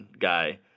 guy